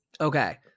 Okay